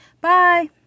Bye